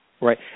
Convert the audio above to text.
Right